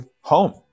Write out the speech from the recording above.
home